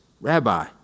Rabbi